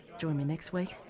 join me next week,